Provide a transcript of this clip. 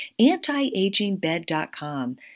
Antiagingbed.com